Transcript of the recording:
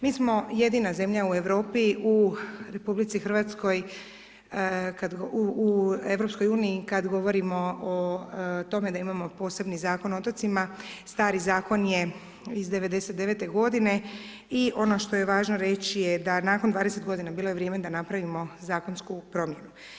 Mi smo jedina zemlja u Europi u RH, u Europskoj uniji kad govorimo o tome da imamo posebni Zakon o otocima, stari zakon je iz 1999. godine i ono što je važno reći je da nakon 20 godina bilo je vrijeme da napravimo zakonsku promjenu.